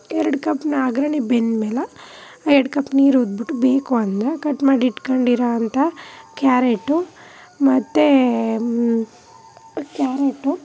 ಎರ್ಡು ಕಪ್ನ ಅಗ್ರಣಿ ಬೆಂದ್ಮೇಲೆ ಎರ್ಡು ಕಪ್ ನೀರು ಉಯಿದ್ಬಿಟ್ಟು ಬೇಕು ಅಂದ್ರೆ ಕಟ್ ಮಾಡಿಟ್ಕೊಂಡಿರೋ ಅಂಥ ಕ್ಯಾರೆಟು ಮತ್ತು ಕ್ಯಾರೆಟು